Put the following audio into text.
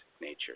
nature